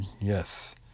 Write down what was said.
yes